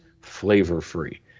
Flavor-free